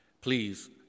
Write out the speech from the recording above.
Please